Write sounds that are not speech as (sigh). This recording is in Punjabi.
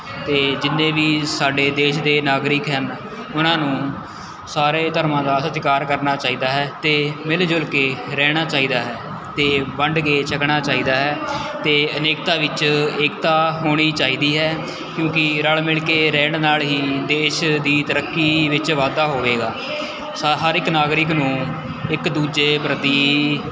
ਅਤੇ ਜਿੰਨੇ ਵੀ ਸਾਡੇ ਦੇਸ਼ ਦੇ ਨਾਗਰਿਕ ਹਨ ਉਹਨਾਂ ਨੂੰ ਸਾਰੇ ਧਰਮਾਂ ਦਾ ਸਤਿਕਾਰ ਕਰਨਾ ਚਾਹੀਦਾ ਹੈ ਅਤੇ ਮਿਲ ਜੁਲ ਕੇ ਰਹਿਣਾ ਚਾਹੀਦਾ ਹੈ ਅਤੇ ਵੰਡ ਕੇ ਛਕਣਾ ਚਾਹੀਦਾ ਹੈ ਅਤੇ ਅਨੇਕਤਾ ਵਿੱਚ ਏਕਤਾ ਹੋਣੀ ਚਾਹੀਦੀ ਹੈ ਕਿਉਂਕਿ ਰਲ ਮਿਲ ਕੇ ਰਹਿਣ ਨਾਲ ਹੀ ਦੇਸ਼ ਦੀ ਤਰੱਕੀ ਵਿੱਚ ਵਾਧਾ ਹੋਵੇਗਾ (unintelligible) ਹਰ ਇੱਕ ਨਾਗਰਿਕ ਨੂੰ ਇੱਕ ਦੂਜੇ ਪ੍ਰਤੀ